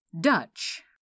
Dutch